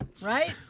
right